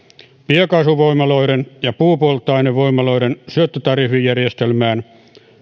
biokaasuvoimaloiden ja puupolttoainevoimaloiden syöttötariffijärjestelmään